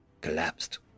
collapsed